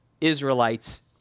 Israelites